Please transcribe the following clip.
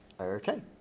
Okay